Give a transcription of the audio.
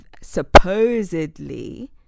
supposedly